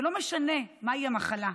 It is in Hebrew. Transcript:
ולא משנה מהי המחלה,